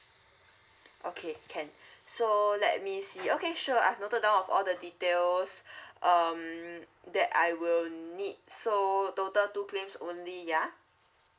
okay can so let me see okay sure I've noted down of all the details um that I will need so total two claims only ya